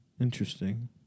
Interesting